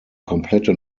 komplette